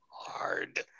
hard